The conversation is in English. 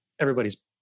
everybody's